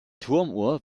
turmuhr